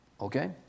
Okay